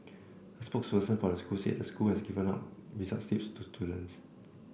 a spokesperson for the school said the school has given out the results slips to students